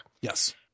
Yes